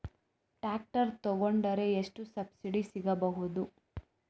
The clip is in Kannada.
ಟ್ರ್ಯಾಕ್ಟರ್ ತೊಕೊಂಡರೆ ಎಷ್ಟು ಸಬ್ಸಿಡಿ ಸಿಗಬಹುದು?